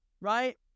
right